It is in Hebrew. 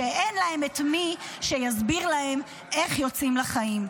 שאין להם מי שיסביר להם איך יוצאים לחיים?